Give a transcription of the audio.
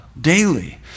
daily